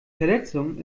verletzung